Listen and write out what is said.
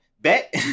bet